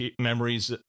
memories